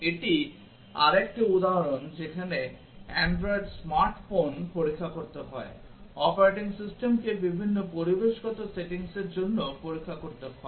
এটি আরেকটি উদাহরণ যেখানে অ্যান্ড্রয়েড স্মার্ট ফোন পরীক্ষা করতে হয় অপারেটিং সিস্টেমকে বিভিন্ন পরিবেশগত সেটিংসের জন্য পরীক্ষা করতে হয়